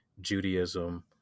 Judaism